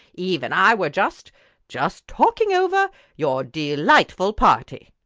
eve and i were just just talking over your delightful party.